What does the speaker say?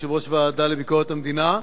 יושב-ראש הוועדה לביקורת המדינה,